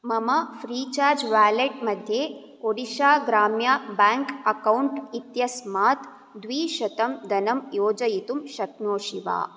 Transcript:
मम free charge wallet मध्ये ओडिशा ग्राम्य बेङ्क् अक्कौण्ट् इत्यस्मात् द्विशतं धनं योजयितुं शक्नोषि वा